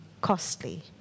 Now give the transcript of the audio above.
costly